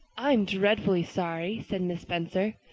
i'm dreadful sorry, said mrs. spencer.